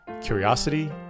curiosity